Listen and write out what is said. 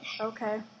Okay